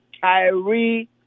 Kyrie